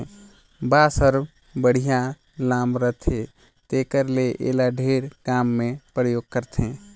बांस हर बड़िहा लाम रहथे तेखर ले एला ढेरे काम मे परयोग करथे